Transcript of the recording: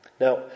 Now